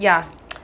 ya